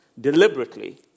Deliberately